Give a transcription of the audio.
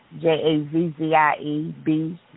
J-A-Z-Z-I-E-B